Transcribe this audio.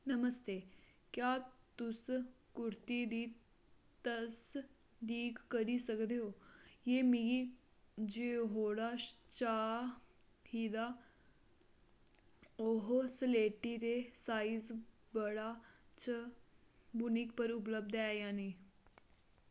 नमस्ते क्या तुस कुर्ती दी तसदीक करी सकदे ओ जे मिगी जेह्ड़ा चाहिदा ओह् स्लेटी ते साइज बड़ा च वूनिक पर उपलब्ध ऐ जां नेईं